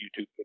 YouTube